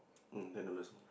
mm ten dollars only